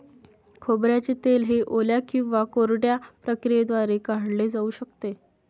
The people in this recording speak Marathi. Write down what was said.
खोबऱ्याचे तेल ओल्या किंवा कोरड्या प्रक्रियेद्वारे काढले जाऊ शकते